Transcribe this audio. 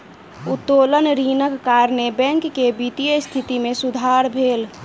उत्तोलन ऋणक कारणेँ बैंक के वित्तीय स्थिति मे सुधार भेल